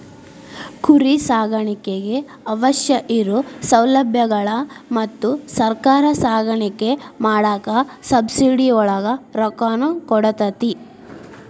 ಕುರಿ ಸಾಕಾಣಿಕೆಗೆ ಅವಶ್ಯ ಇರು ಸೌಲಬ್ಯಗಳು ಮತ್ತ ಸರ್ಕಾರಾ ಸಾಕಾಣಿಕೆ ಮಾಡಾಕ ಸಬ್ಸಿಡಿ ಒಳಗ ರೊಕ್ಕಾನು ಕೊಡತತಿ